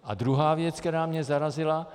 A druhá věc, která mě zarazila.